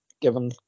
given